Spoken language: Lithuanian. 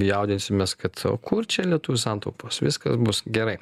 jaudinsimės kad o kur čia lietuvių santaupos viskas bus gerai